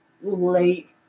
late